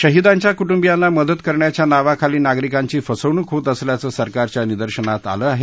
शहिदांच्या कुटुंबीयांना मदत करण्याच्या नावाखाली नागरिकांची फसवणूक होत असल्याचं सरकारच्या निदर्शनास आलं आहे